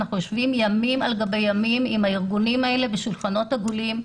אנחנו יושבים ימים על גבי ימים עם הארגונים האלה בשולחנות עגולים.